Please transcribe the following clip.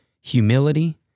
humility